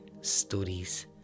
Stories